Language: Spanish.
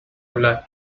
habla